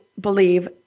believe